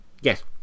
yes